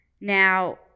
now